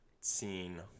scene